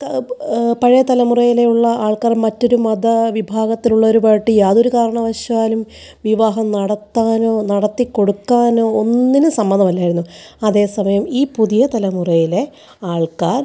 പഴയ തലമുറയിലുള്ള ആള്ക്കാർ മറ്റൊരു മത വിഭാഗത്തിലുള്ളവരുമായിട്ട് യാതൊരു കാരണവശാലും വിവാഹം നടത്താനോ നടത്തി കൊടുക്കാനോ ഒന്നിനും സമ്മതമല്ലായിരുന്നു അതേസമയം ഈ പുതിയ തലമുറയിലെ ആള്ക്കാര്